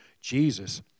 Jesus